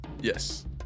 Yes